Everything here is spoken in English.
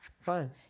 Fine